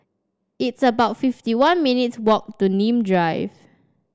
it's about fifty one minutes' walk to Nim Drive